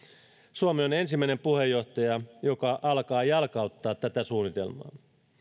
suomi on ensimmäinen puheenjohtaja joka alkaa jalkauttaa tätä suunnitelmaa